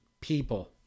people